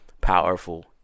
powerful